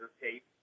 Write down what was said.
tape